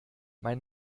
mein